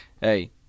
hey